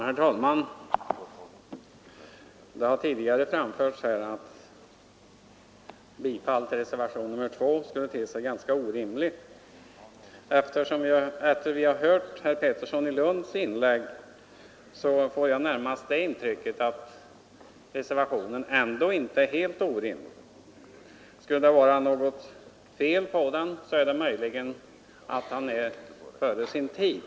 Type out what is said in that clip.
Herr talman! Det har tidigare framhållits att ett bifall till reservationen 2 skulle te sig ganska orimligt. Efter att ha hört herr Petterssons i Lund inlägg har jag närmast det intrycket att reservationen ändå inte är helt orimlig. Skulle det vara något fel på den, vore det möjligen att den är före sin tid.